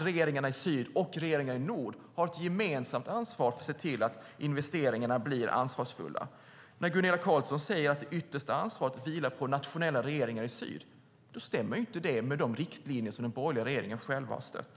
Regeringarna i syd och regeringarna i nord har ett gemensamt ansvar för att se till att investeringarna blir ansvarsfulla. Gunilla Carlsson säger att det yttersta ansvaret vilar på nationella regeringar i syd, men det stämmer inte med de riktlinjer som den borgerliga regeringen har stött.